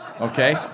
Okay